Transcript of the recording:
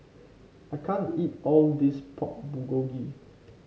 I can't eat all of this Pork Bulgogi